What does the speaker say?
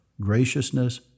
graciousness